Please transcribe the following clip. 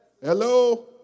Hello